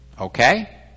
Okay